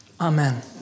amen